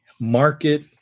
market